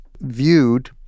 viewed